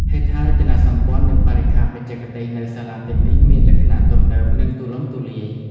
ហេដ្ឋារចនាសម្ព័ន្ធ និងបរិក្ខារបច្ចេកទេសនៅសាលាទាំងនេះមានលក្ខណៈទំនើបនិងទូលំទូលាយ។